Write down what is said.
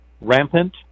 rampant